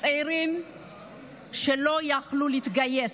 צעירים לא יכלו להתגייס,